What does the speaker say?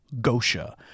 Gosha